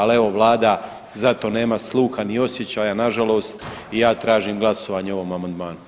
Ali evo Vlada za to nema sluha ni osjećaja nažalost i ja tražim glasovanje o ovom amandmanu.